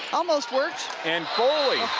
almost worked. and foley,